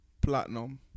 Platinum